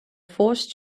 force